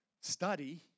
study